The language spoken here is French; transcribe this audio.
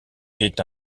est